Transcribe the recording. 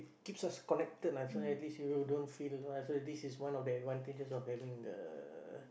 keeps us connected lah so at least you don't feel so this is one of the advantages of having the